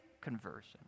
conversion